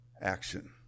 action